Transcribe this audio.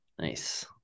Nice